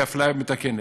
כאפליה מתקנת.